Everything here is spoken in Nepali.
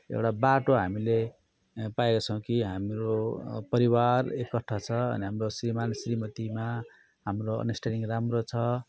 एउटा बाटो हामीले पाएको छौँ कि हाम्रो परिवार एकट्ठा छ हाम्रो श्रीमान श्रीमतीमा हाम्रो अन्डर्स्ट्यान्डिङ राम्रो छ